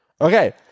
Okay